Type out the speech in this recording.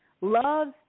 loves